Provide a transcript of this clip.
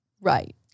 Right